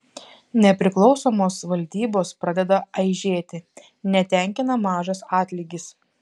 nepriklausomos valdybos pradeda aižėti netenkina mažas atlygis